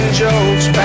jokes